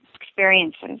experiences